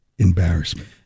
embarrassment